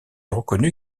reconnu